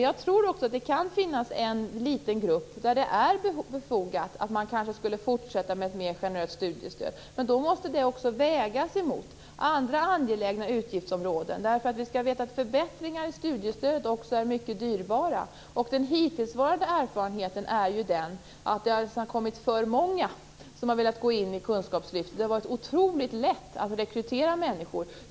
Jag tror också att det kan finnas en liten grupp där det är befogat att fortsätta med ett mer generöst studiestöd, men då måste det vägas mot andra angelägna utgiftsområden. Vi skall veta att förbättringar i studiestödet är också mycket dyrbara. Den hittillsvarande erfarenheten är ju den att det nästan har kommit för många som har velat gå in i kunskapslyftet. Det har varit otroligt lätt att rekrytera människor.